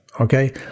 okay